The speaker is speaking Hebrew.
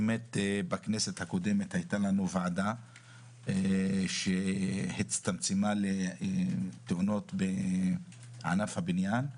בכנסת הקודמת הייתה לנו ועדה שהצטמצמה לתאונות בענף הבניין.